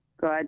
Good